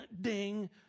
ding